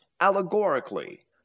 allegorically